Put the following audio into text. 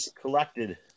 collected